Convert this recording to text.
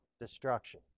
destruction